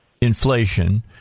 inflation –